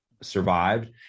survived